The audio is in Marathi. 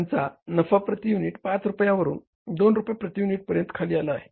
त्यांचा नफा प्रति युनिट 5 रुपयांवरून 2 रुपये प्रति युनिटपर्यंत खाली आला आहे